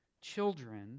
children